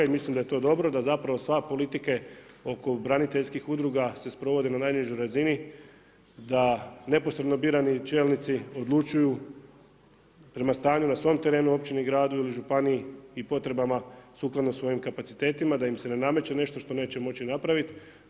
I mislim da je to dobro, da zapravo sva politike, oko braniteljskih udruga se sprovode na najnižoj razini, da nepošteno birani čelnici, odlučuju, prema stanju na svom terenu, općini i gradu ili županiji i potrebama sukladno svojim kapacitetima, da im se ne nameće nešto što neće moći napraviti.